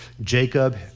Jacob